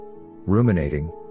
Ruminating